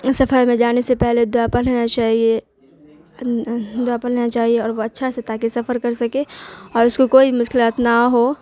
سفر میں جانے سے پہلے دعا پرھ لینا چاہیے دعا پرھ لینا چاہیے اور وہ اچھا سے تاکہ سفر کر سکے اور اس کو کوئی مشکلات نہ ہو